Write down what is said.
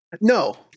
no